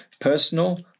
personal